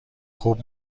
خوب